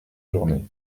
journée